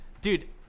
Dude